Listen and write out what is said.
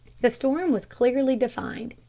the storm was clearly defined.